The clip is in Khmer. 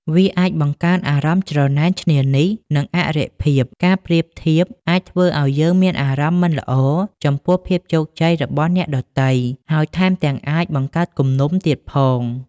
វាអាចបង្កើនអារម្មណ៍ច្រណែនឈ្នានីស និងអរិភាព ការប្រៀបធៀបអាចធ្វើឲ្យយើងមានអារម្មណ៍មិនល្អចំពោះភាពជោគជ័យរបស់អ្នកដទៃ ហើយថែមទាំងអាចបង្កើតគំនុំទៀតផង។